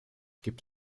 gibt